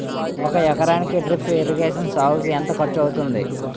ఒక ఎకరానికి drip irrigation సాగుకు ఎంత ఖర్చు అవుతుంది?